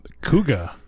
Cougar